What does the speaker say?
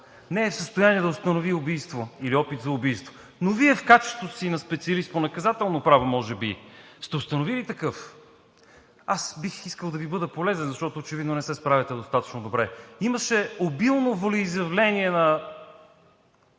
не е в състояние да установи убийство или опит за убийство? Но Вие в качеството си на специалист по наказателно право може би сте установили такъв, аз бих искал да Ви бъда полезен, защото очевидно не се справяте достатъчно добре. Имаше обилно волеизявление на